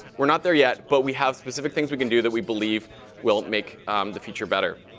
we're not there yet, but we have specific things we can do that we believe will make the future better.